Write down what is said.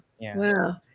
Wow